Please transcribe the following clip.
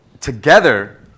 together